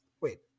wait